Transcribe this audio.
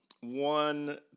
one